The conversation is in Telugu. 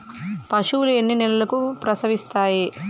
పశువులు ఎన్ని నెలలకు ప్రసవిస్తాయి?